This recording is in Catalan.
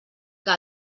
que